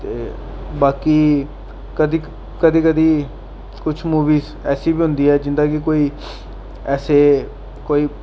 ते बाकी कदें कदें कदें किश मूवियां ऐसियां बी होंदियां न जिं'दे कि कोई ऐसे कोई